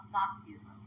Nazism